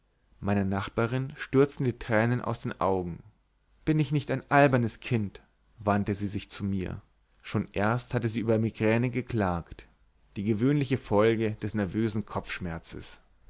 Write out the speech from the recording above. meiner nachbarin stürzten die tränen aus den augen bin ich nicht ein albernes kind wandte sie sich zu mir schon erst hatte sie über migräne geklagt die gewöhnliche folge des nervösen kopfschmerzes